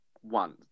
one